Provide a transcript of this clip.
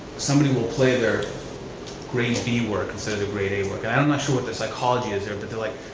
somebody will play their grade b work instead of their grade a work, ah and i'm not sure what the psychology is there. but they're like,